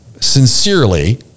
sincerely